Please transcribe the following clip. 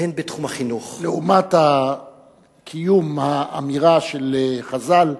הן בתחום החינוך, לעומת קיום האמירה של חז"ל: